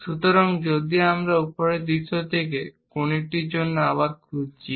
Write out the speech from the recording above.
সুতরাং যদি আমরা উপরের দৃশ্য থেকে এই কনিকটির জন্য আবার খুঁজছি